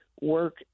work